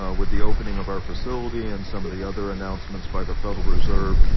ah with the opening of our facility and some of the other announcements by the federal reserve.